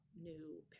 new